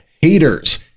haters